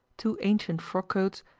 two ancient frockcoats,